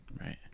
Right